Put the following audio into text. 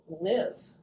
live